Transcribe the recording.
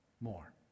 more